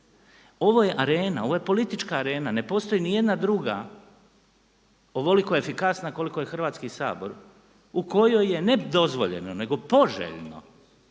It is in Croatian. Ovo je arena, ovo je politička arena, ne postoji nijedna druga ovoliko efikasna koliko je Hrvatski sabor u kojoj je ne dozvoljeno nego poželjno